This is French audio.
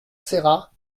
serra